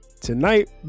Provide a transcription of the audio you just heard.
tonight